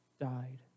died